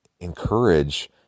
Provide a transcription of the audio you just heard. encourage